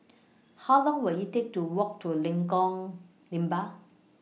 How Long Will IT Take to Walk to Lengkong Lima